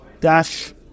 Dash